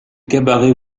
cabarets